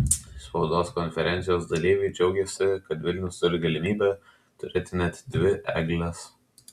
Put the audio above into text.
spaudos konferencijos dalyviai džiaugėsi kad vilnius turi galimybę turėti net dvi egles